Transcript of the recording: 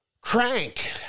crank